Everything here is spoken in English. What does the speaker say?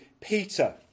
Peter